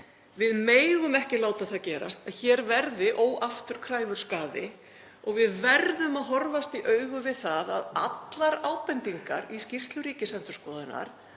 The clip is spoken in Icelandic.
Við megum ekki láta það gerast að hér verði óafturkræfur skaði og við verðum að horfast í augu við það að allar ábendingar í skýrslu Ríkisendurskoðunar